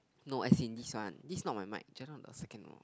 no as in this one this is not my mic just now the second one